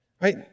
Right